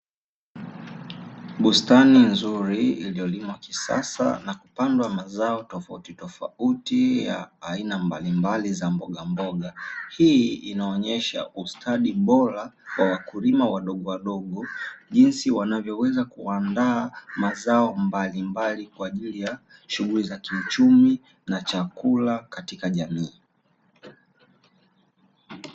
Bustani nzuri iliyolimwa kisasa na kupandwa mazao tofautitofauti ya aina mbalimbali za mbogamboga, hii inaonyesha ustadi bora wa wakulima wadogowadogo jinsi wanavyoweza kuandaa mazao mbalimbali kwa ajili ya shughuli za kiuchumi na chakula katika jamii.